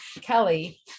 Kelly